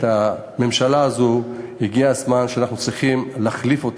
את הממשלה הזאת הגיע הזמן ואנחנו צריכים להחליף.